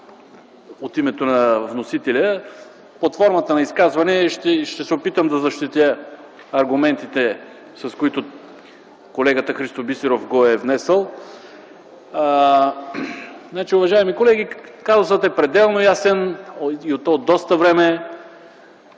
от името на вносителя, аз под формата на изказване ще се опитам да защитя аргументите, с които колегата Христо Бисеров го е внесъл. Уважаеми колеги, казусът е пределно ясен и то от доста време.